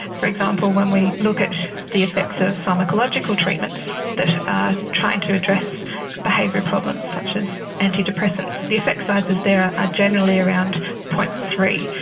for example, when we look at the effects of pharmacological treatments that are trying to address behaviour problems such as antidepressants, the effect sizes there are generally around zero. three.